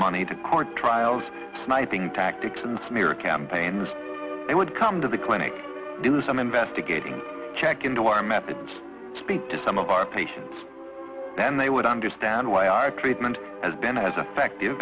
money to court trials sniping tactics and smear campaigns it would come to the clinic do some investigating check into our methods speak to some of our patients and they would understand why i paid money has been as effective